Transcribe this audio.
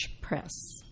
Press